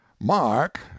Mark